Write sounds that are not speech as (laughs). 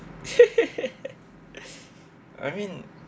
(laughs) I mean